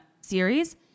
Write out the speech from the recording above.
series